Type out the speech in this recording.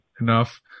enough